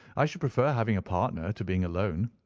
i should prefer having a partner to being alone.